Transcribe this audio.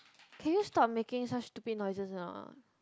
can you stop making such stupid noises or not